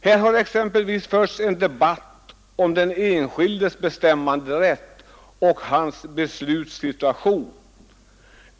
Här har exempelvis förts en debatt om den enskildes bestämmanderätt och hans beslutssituation.